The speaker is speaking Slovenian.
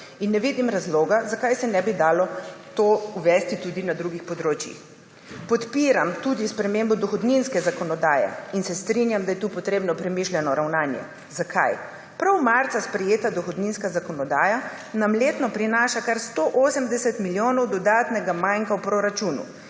in ne vidim razloga, zakaj se ne bi dalo to uvesti tudi na drugih področjih. Podpiram tudi spremembo dohodninske zakonodaje in se strinjam, da je tu potrebno premišljeno ravnanje. Zakaj? Prav marca sprejeta dohodninska zakonodaja nam letno prinaša kar 180 milijonov dodatnega manka v proračunu